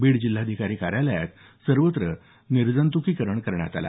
बीड जिल्हाधिकारी कार्यालयात सर्वत्र निर्जंत्कीकरण करण्यात आलं